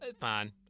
Fine